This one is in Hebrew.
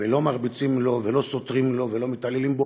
ולא מרביצים לו ולא סוטרים לו ולא מתעללים בו,